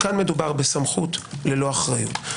כאן מדובר בסמכות ללא אחריות.